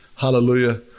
Hallelujah